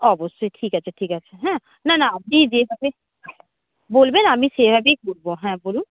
অবশ্যই ঠিক আছে ঠিক আছে হ্যাঁ না না আপনি যেভাবে বলবেন আমি সেইভাবেই করবো হ্যাঁ বলুন